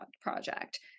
project